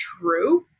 true